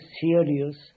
serious